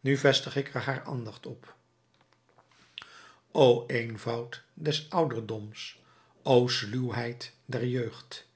nu vestig ik er haar aandacht op o eenvoud des ouderdoms o sluwheid der jeugd